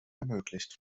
ermöglicht